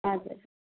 हजुर